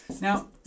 now